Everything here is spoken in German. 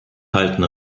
halten